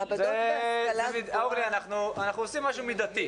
אנחנו עושים משהו מידתי.